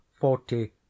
forty